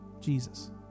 Jesus